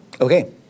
Okay